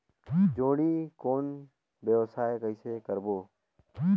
जोणी कौन व्यवसाय कइसे करबो?